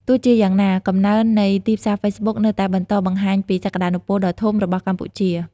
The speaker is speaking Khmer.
ទោះជាយ៉ាងណា កំណើននៃទីផ្សារហ្វេសប៊ុកនៅតែបន្តបង្ហាញពីសក្តានុពលដ៏ធំរបស់កម្ពុជា។